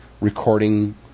recording